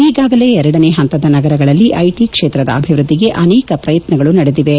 ಈಗಾಗಲೇ ಎರಡನೇ ಹಂತದ ನಗರಗಳಲ್ಲಿ ಐಟಿ ಕ್ಷೇತ್ರದ ಅಭಿವೃದ್ದಿಗೆ ಅನೇಕ ಪ್ರಯತ್ನಗಳು ನಡೆದಿವೆ